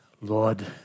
Lord